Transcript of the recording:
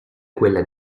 quella